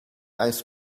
ice